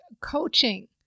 Coaching